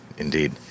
Indeed